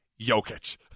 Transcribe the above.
Jokic